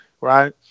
right